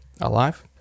alive